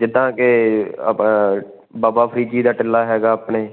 ਜਿੱਦਾਂ ਕਿ ਆਪਣਾ ਬਾਬਾ ਫਰੀਦ ਜੀ ਦਾ ਟਿੱਲਾ ਹੈਗਾ ਆਪਣੇ